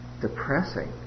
depressing